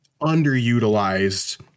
Underutilized